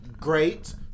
Great